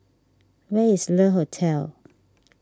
where is Le Hotel